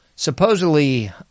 supposedly